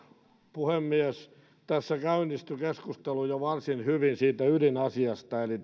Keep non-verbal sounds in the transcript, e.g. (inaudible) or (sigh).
puhemies tässä käynnistyi keskustelu jo varsin hyvin siitä ydinasiasta eli (unintelligible)